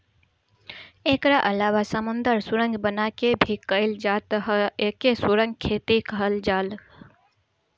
एकरा अलावा समुंदर सुरंग बना के भी कईल जात ह एके सुरंग खेती कहल जाला